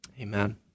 Amen